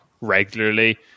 regularly